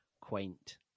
quaint